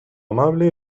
amable